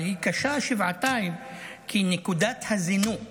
אבל היא קשה שבעתיים כי נקודת הזינוק